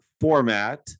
format